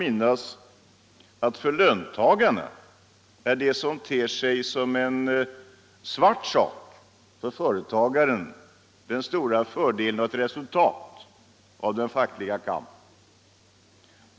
Men omvänt är det, som för företagarna ter sig som en svart sak, en stor fördel för löntagarna och ett resultat av den fackliga kampen.